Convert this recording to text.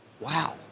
wow